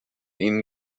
ihnen